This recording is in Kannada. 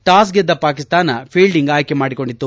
ಟಾಸ್ ಗೆದ್ದ ಪಾಕಿಸ್ತಾನ ಫೀಲ್ಡಿಂಗ್ ಆಯ್ಕೆ ಮಾಡಿಕೊಂಡಿತ್ತು